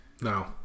No